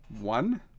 One